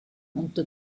unter